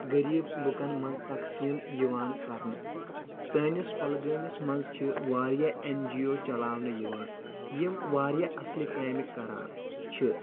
غریٖب لُکَن منٛز تقسیٖم یِوان کرنہٕ سٲنِس کۄلگٲمِس منٛز چھِ واریاہ این جی او چلاونہٕ یِوان یِم واریاہ اصلہِ کیامہِ کران چھِ